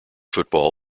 football